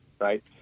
right